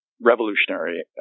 revolutionary